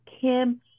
Kim